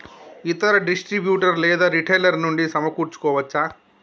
ఇతర డిస్ట్రిబ్యూటర్ లేదా రిటైలర్ నుండి సమకూర్చుకోవచ్చా?